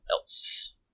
else